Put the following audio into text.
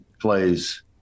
plays